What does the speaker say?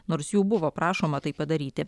nors jų buvo prašoma tai padaryti